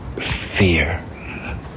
fear